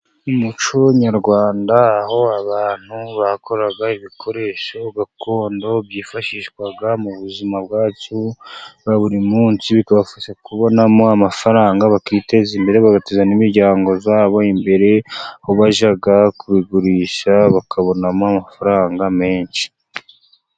Mu muco nyarwanda, aho abantu bakoraga ibikoresho gakondo byifashishwaga mu buzima bwacu bwa buri munsi, bikabafasha kubonamo amafaranga bakiteza imbere, bagateza ni imiryango yabo imbere, aho bajya kubigurisha bakabonamo amafaranga menshi.